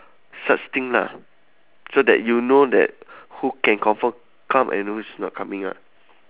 such thing lah so that you know that who can confirm come and know who's not coming lah